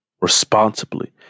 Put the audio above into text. responsibly